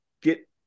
get